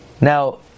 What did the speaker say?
Now